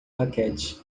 raquete